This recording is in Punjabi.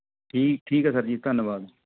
ਠੀਕ ਠੀਕ ਹੈ ਸਰ ਜੀ ਧੰਨਵਾਦ